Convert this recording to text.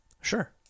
Sure